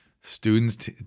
Students